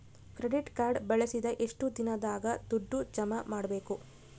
Credit card ಬಳಸಿದ ಎಷ್ಟು ದಿನದಾಗ ದುಡ್ಡು ಜಮಾ ಮಾಡ್ಬೇಕು?